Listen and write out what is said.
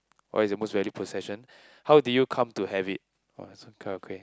what is your most valued possession how did you come to have it !wah! this one quite okay